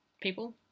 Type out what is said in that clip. people